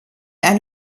ein